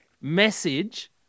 message